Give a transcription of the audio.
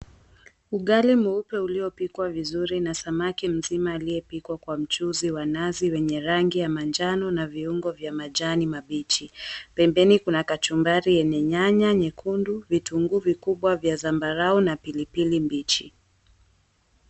Ugali mweupe uliopikwa vizuri na samaki mzima aliyepikwa kwa mchuzi wa nazi wenye rangi ya manjano na viungo vya rangi ya majani kibichi pembeni kuna kachumbari yenye nyanya nekundu vitunguu vikubwa vya zambarau na pilipili mbichi.